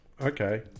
Okay